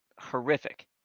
horrific